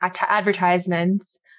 advertisements